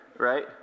Right